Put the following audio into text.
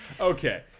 Okay